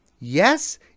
Yes